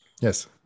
Yes